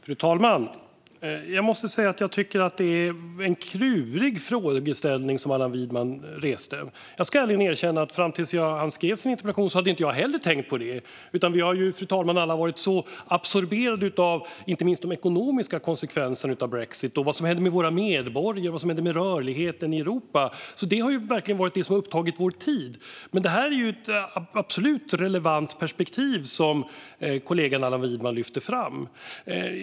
Fru talman! Jag måste säga att jag tycker att det är en klurig frågeställning som Allan Widman reste här. Jag ska ärligen erkänna att fram till att han skrev sin interpellation hade inte jag heller tänkt på det, utan vi har, fru talman, alla varit så absorberade av inte minst de ekonomiska konsekvenserna av brexit och av vad som händer med våra medborgare och med rörligheten i Europa. Det har verkligen varit det som har upptagit vår tid, men det här är ju ett absolut relevant perspektiv som kollegan Allan Widman lyfter fram.